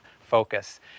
focus